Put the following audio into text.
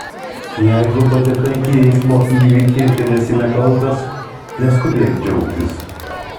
jeigu patekai į eismo įvykį ir esi nekaltas neskubėk džiaugtis